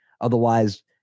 Otherwise